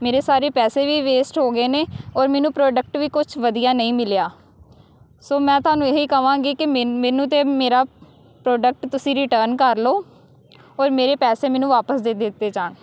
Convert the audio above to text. ਮੇਰੇ ਸਾਰੇ ਪੈਸੇ ਵੀ ਵੇਸਟ ਹੋ ਗਏ ਨੇ ਔਰ ਮੈਨੂੰ ਪ੍ਰੋਡਕਟ ਵੀ ਕੁਛ ਵਧੀਆ ਨਹੀਂ ਮਿਲਿਆ ਸੋ ਮੈਂ ਤੁਹਾਨੂੰ ਇਹੀ ਕਹਾਂਗੀ ਕਿ ਮੈਨ ਮੈਨੂੰ ਤਾਂ ਮੇਰਾ ਪ੍ਰੋਡਕਟ ਤੁਸੀਂ ਰਿਟਰਨ ਕਰ ਲਓ ਔਰ ਮੇਰੇ ਪੈਸੇ ਮੈਨੂੰ ਵਾਪਸ ਦੇ ਦਿੱਤੇ ਜਾਣ